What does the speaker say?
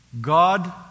God